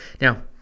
Now